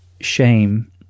shame